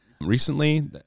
Recently